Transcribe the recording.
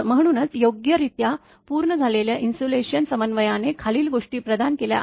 म्हणूनच योग्यरित्या पूर्ण झालेल्या इन्सुलेशन समन्वयाने खालील गोष्टी प्रदान केल्या आहेत